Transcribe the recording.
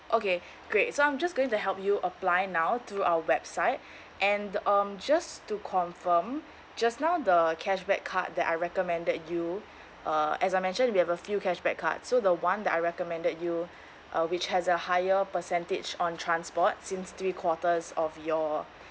okay great so I'm just going to help you apply now through our website and the um just to confirm just now the cashback card that I recommended you uh as I mentioned we have a few cashback card so the one that I recommended you uh which has a higher percentage on transport since three quarters of your